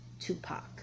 Tupac